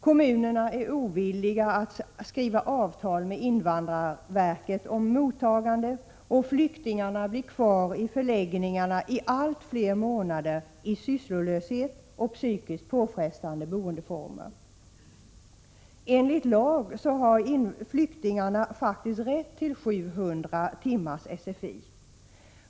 Kommunerna är ovilliga att skriva avtal med invandrarverket om mottagande, och flyktingarna blir kvar i förläggningarna i allt flera månader, i sysslolöshet och psykiskt påfrestande boendeformer. Enligt lag har flyktingarna faktiskt rätt till 700 timmars SFI.